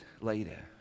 later